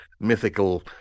mythical